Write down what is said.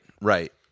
right